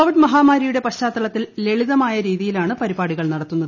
Covid മഹാമാരിയുടെ പശ്ചാത്തലത്തിൽ ലളിതമായ രീതിയിലാണ് നടത്തുന്നത്